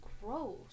gross